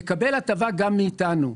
גם מאתנו.